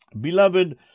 beloved